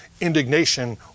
indignation